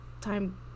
Time